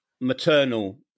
maternal